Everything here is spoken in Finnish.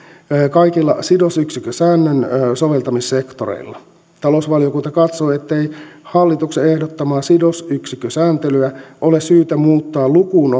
kaikilla sidosyksikkösäännön soveltamissektoreilla talousvaliokunta katsoo ettei hallituksen ehdottamaa sidosyksikkösääntelyä ole syytä muuttaa lukuun